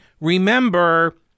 remember